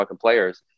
players